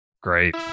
great